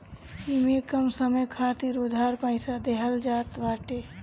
इमे कम समय खातिर उधार पईसा देहल जात बाटे